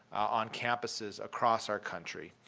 on campuses across our country.